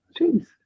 jeez